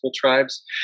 tribes